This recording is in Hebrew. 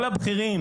כל הבכירים